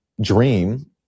dream